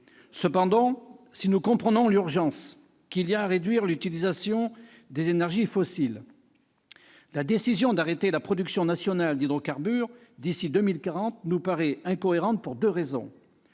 Cependant, si nous comprenons l'urgence qu'il y a à réduire l'utilisation des énergies fossiles, la décision d'arrêter la production nationale d'hydrocarbures d'ici à 2040 nous paraît incohérente, pour deux raisons.